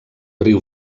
riu